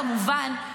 כמובן,